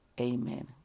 Amen